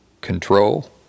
control